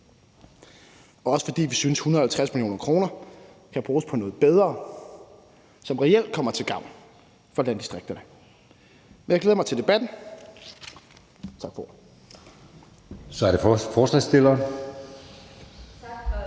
også fordi vi synes, at 150 mio. kr. kan bruges på noget bedre, som reelt bliver til gavn for landdistrikterne. Men jeg glæder mig til debatten.